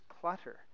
clutter